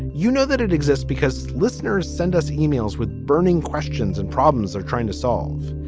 you know that it exists because listeners send us emails with burning questions and problems or trying to solve.